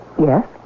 yes